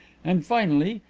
and, finally,